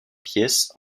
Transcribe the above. pièces